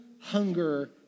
hunger